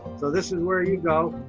so this is where you go.